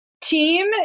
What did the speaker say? team